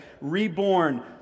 reborn